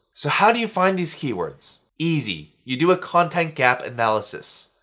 so how do you find these keywords? easy. you do a content gap analysis.